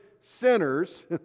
sinners